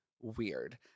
weird